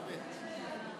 באמת.